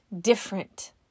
different